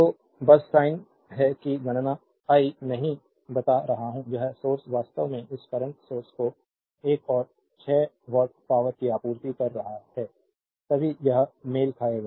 तो बस साइन है कि गणना आई नहीं बता रहा हूं यह सोर्स वास्तव में इस करंट सोर्स को एक और 6 वाट पावरकी आपूर्ति कर रहा है तभी यह मेल खाएगा